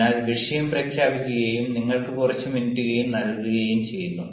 അതിനാൽ വിഷയം പ്രഖ്യാപിക്കുകയും നിങ്ങൾക്ക് കുറച്ച് മിനിറ്റ് നൽകുകയും ചെയ്യുന്നു